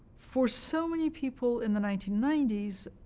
for so many people in the nineteen ninety s,